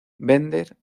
bender